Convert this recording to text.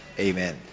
Amen